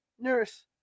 Nurse